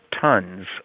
tons